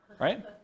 Right